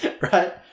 right